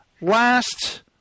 last